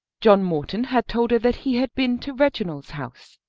john morton had told her that he had been to reginald's house,